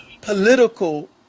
political